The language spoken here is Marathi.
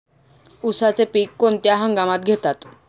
उसाचे पीक कोणत्या हंगामात घेतात?